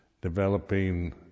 developing